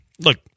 Look